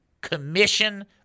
commission